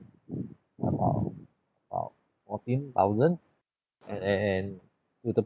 about about fourteen thousand and and and with the